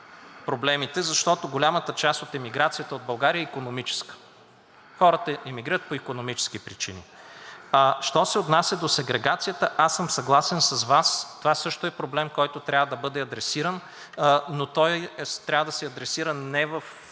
проблемите, защото голямата част от емиграцията от България е икономическа. Хората емигрират по икономически причини. Що се отнася до сегрегацията, аз съм съгласен с Вас, това също е проблем, който трябва да бъде адресиран, но той трябва да се адресира не в